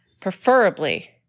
Preferably